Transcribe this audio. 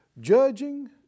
judging